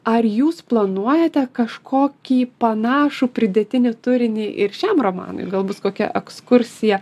ar jūs planuojate kažkokį panašų pridėtinį turinį ir šiam romanui galbūt kokią ekskursiją